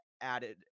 added